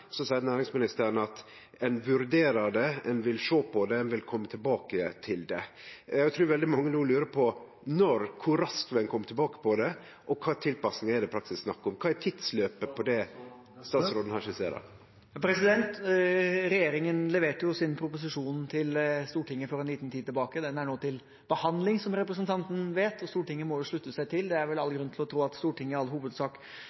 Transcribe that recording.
seier næringsministeren at ein vurderer det, ein vil sjå på det, ein vil kome tilbake til det. Eg trur veldig mange no lurar på: Kor raskt vil ein kome tilbake til det, og kva tilpassingar er det i praksis snakk om? Kva er tidsløpet for det statsråden her skisserer? Regjeringen leverte sin proposisjon til Stortinget for en liten tid tilbake. Den er nå til behandling, som representanten vet, og Stortinget må jo slutte seg til. Det er vel all grunn til å tro at Stortinget i all